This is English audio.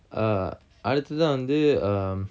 err அடுத்ததா வந்து:aduthatha vanthu um